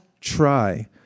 try